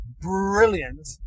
Brilliant